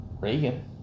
Reagan